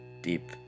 deep